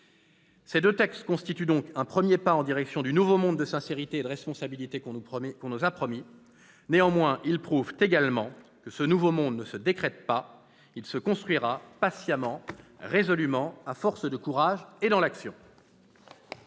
Ces deux textes constituent donc un premier pas en direction du nouveau monde de sincérité et de responsabilité qu'on nous a promis. Néanmoins, ils prouvent également que ce nouveau monde ne se décrète pas : il se construira patiemment, résolument, à force de courage et dans l'action.